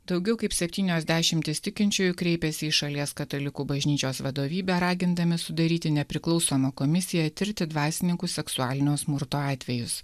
daugiau kaip septynios dešimtys tikinčiųjų kreipėsi į šalies katalikų bažnyčios vadovybę ragindami sudaryti nepriklausomą komisiją tirti dvasininkų seksualinio smurto atvejus